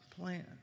plan